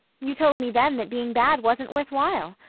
you told me then that being bad wasn't worth while.